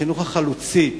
החינוך החלוצי,